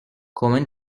common